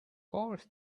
course